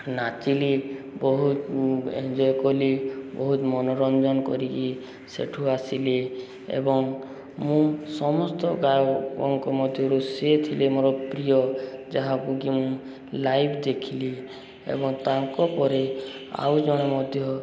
ନାଚିଲି ବହୁତ ଏନ୍ଞ୍ଜୟ କଲି ବହୁତ ମନୋରଞ୍ଜନ କରିକି ସେଠୁ ଆସିଲି ଏବଂ ମୁଁ ସମସ୍ତ ଗାୟକଙ୍କ ମଧ୍ୟରୁ ସେ ଥିଲେ ମୋର ପ୍ରିୟ ଯାହାକୁ କିି ମୁଁ ଲାଇଭ୍ ଦେଖିଲି ଏବଂ ତାଙ୍କ ପରେ ଆଉ ଜଣେ ମଧ୍ୟ